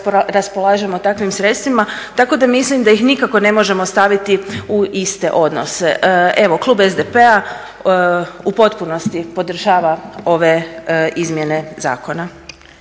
raspolažemo takvih sredstvima. Tako da mislim da ih nikako ne možemo staviti u iste odnose. Evo klub SDP-a u potpunosti podržava ove izmjene zakona.